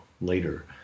later